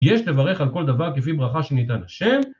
יש לברך על כל דבר כפי ברכה שניתן השם.